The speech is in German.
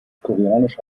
koreanische